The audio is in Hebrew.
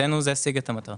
מבחינתנו זה השיג את המטרה.